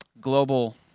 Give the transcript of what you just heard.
global